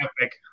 epic